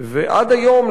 עד היום,